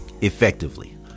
effectively